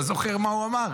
אתה זוכר מה הוא אמר,